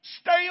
Stay